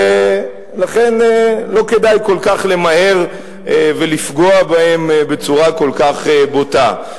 ולכן לא כדאי למהר כל כך ולפגוע בהם בצורה כל כך בוטה.